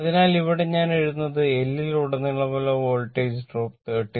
അതിനാൽ ഇവിടെ ഞാൻ എഴുതുന്നത് L ൽ ഉടനീളമുള്ള വോൾട്ടേജ് ഡ്രോപ്പ് 39